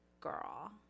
girl